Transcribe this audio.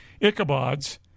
Ichabod's